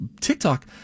TikTok